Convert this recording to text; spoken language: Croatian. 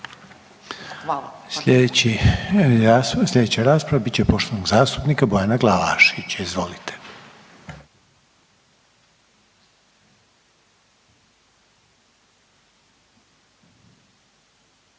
(HDZ)** Slijedeća rasprava bit će poštovanog zastupnika Bojana Glavaševića. Izvolite.